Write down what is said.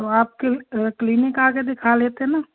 तो आप क्ली क्लिनिक आकर दिखा लेते ना